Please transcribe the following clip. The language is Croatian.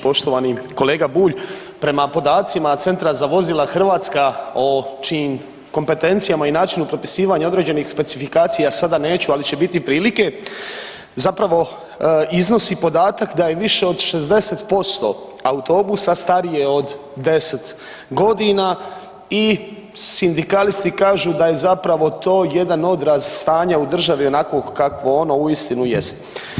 Poštovani kolega Bulj, prema podacima Centra za vozila Hrvatska o čijim kompetencijama i načinu propisivanja određenih specifikacija sada neću, ali će biti prilike, zapravo iznosi podatak da je više od 60% autobusa starije od 10.g. i sindikalisti kažu da je zapravo to jedan odraz stanja u državi onakvog kakvo ono uistinu jest.